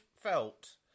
felt